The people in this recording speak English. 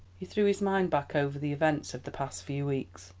he threw his mind back over the events of the past few weeks.